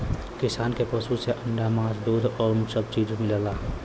किसान के पसु से अंडा मास दूध उन सब चीज मिलला